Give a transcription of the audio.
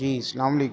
جی سلام علیکم